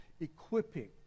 equipping